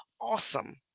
awesome